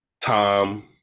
Tom